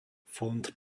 fond